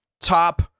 top